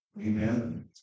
Amen